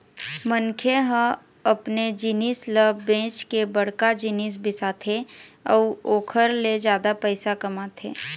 मनखे ह अपने जिनिस ल बेंच के बड़का जिनिस बिसाथे अउ ओखर ले जादा पइसा कमाथे